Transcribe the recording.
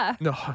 No